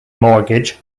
mortgage